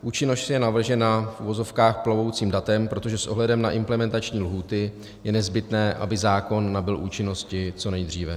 Účinnost je navržena, v uvozovkách, plovoucím datem, protože s ohledem na implementační lhůty je nezbytné, aby zákon nabyl účinnosti co nejdříve.